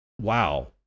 Wow